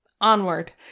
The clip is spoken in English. onward